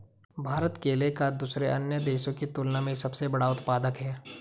भारत केले का दूसरे अन्य देशों की तुलना में सबसे बड़ा उत्पादक है